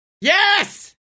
Yes